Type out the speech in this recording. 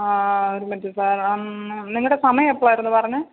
ആ ഒരു minute sir നിങ്ങളുടെ സമയം എപ്പോഴായിരുന്നു പറഞ്ഞത്